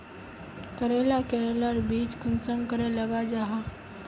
करेला करेलार बीज कुंसम करे लगा जाहा?